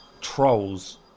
trolls